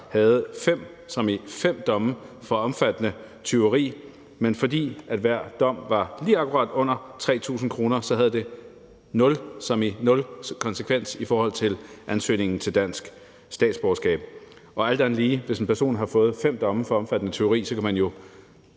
havde fem – som i fem! – domme for omfattende tyveri, men fordi hver dom var på lige akkurat under 3.000 kr., så havde det nul – som i nul! – konsekvenser i forhold til ansøgningen om dansk statsborgerskab. Og alt andet lige kan man jo i hvert fald, hvis en person har fået fem domme for omfattende tyveri, tænke over,